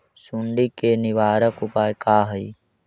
सुंडी के निवारक उपाय का हई?